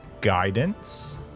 guidance